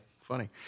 Funny